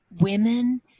Women